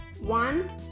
one